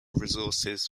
resources